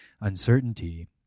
uncertainty